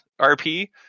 RP